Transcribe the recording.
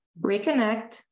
reconnect